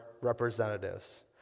representatives